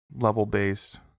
level-based